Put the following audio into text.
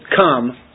come